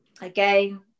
again